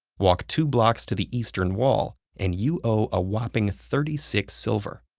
walk two blocks to the eastern wall and you owe a whopping thirty six silver.